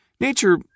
Nature